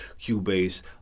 Cubase